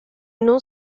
non